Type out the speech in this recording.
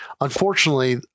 Unfortunately